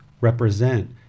represent